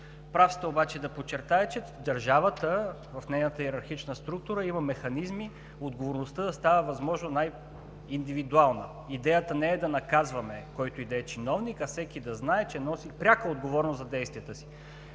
Прав сте обаче да подчертаете, че държавата в нейната йерархична структура има механизми отговорността да става възможно най-индивидуално. Идеята не е да наказваме който и да е чиновник, а всеки да знае, че носи пряка отговорност за действията си.